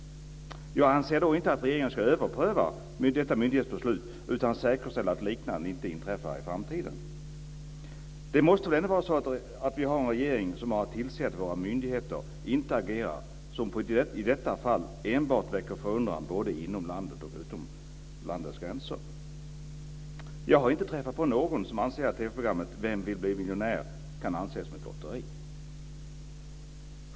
Jag anser inte att regeringen ska överpröva detta myndighetsbeslut, utan säkerställa att liknande inte inträffar i framtiden. Det måste väl ändå vara så att vi har en regering som har att tillse att våra myndigheter inte agerar på ett sätt som, i likhet med detta fall, enbart väcker förundran både inom landet och utanför landets gränser. Jag har inte träffat på någon som anser att TV programmet "Vem vill bli miljonär?" kan anses som ett lotteri.